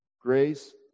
grace